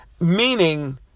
Meaning